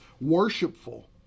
worshipful